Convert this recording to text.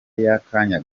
y’akanya